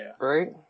Right